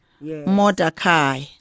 Mordecai